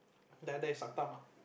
die die suck thumb ah